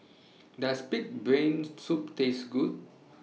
Does Pig'S Brain Soup Taste Good